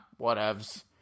whatevs